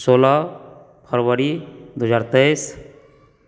सोलह फरवरी दू हजार तेइस